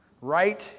right